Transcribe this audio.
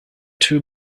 two